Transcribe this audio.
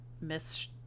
miss